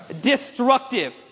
Destructive